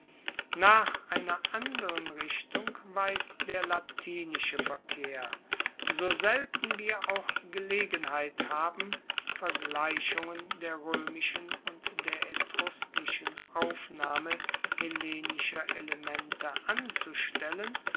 nach einer anderen richtung weist der latinische verkehr so selten wir auch gelegenheit haben vergleichungen der roemischen und der etruskischen aufnahme hellenischer elemente anzustellen